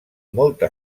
molta